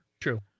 True